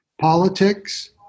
politics